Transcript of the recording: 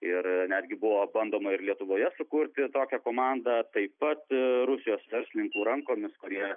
ir netgi buvo bandoma ir lietuvoje sukurti tokią komandą taip pat rusijos verslininkų rankomis kurie